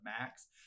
Max